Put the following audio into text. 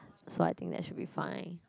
so I think that should be fine